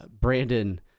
Brandon